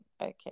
okay